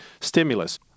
stimulus